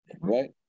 Right